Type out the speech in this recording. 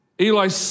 Eli